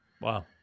Wow